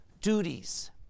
duties